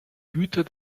güter